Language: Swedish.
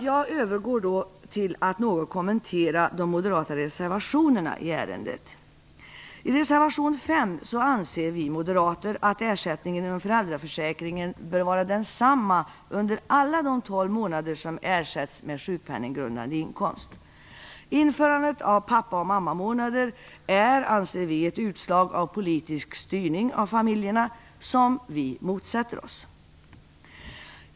Jag övergår till att något kommentera de moderata reservationerna i ärendet. I reservation 5 anser vi moderater att ersättningen inom föräldraförsäkringen bör vara densamma under alla de tolv månader som ersätts med sjukpenninggrundande inkomst. Vi anser att införandet av pappaoch mammamånader är ett utslag av politisk styrning av familjerna, och vi motsätter oss detta.